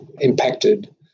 impacted